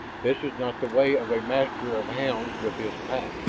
this is not the way of a master of hounds with his pack!